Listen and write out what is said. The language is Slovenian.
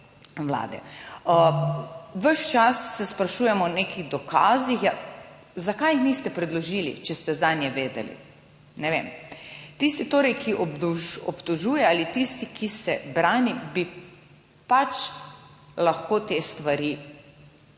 Vlade. Ves čas se sprašujemo o nekih dokazih. Zakaj jih niste predložili, če ste zanje vedeli? Ne vem. Tisti torej, ki obtožuje ali tisti, ki se brani, bi pač lahko te stvari predložil,